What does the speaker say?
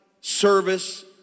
service